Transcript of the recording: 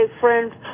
friends